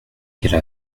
qu’elle